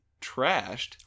trashed